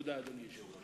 תודה, אדוני היושב-ראש.